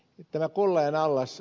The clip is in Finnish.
tämä kollajan allas